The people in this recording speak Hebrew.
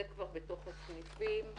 זה כבר בתוך הסניפים,